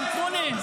רם, תנו לי.